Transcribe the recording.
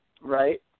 right